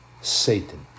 Satan